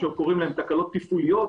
בתקלות תפעוליות,